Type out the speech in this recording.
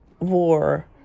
war